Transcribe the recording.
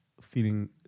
feeling